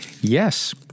yes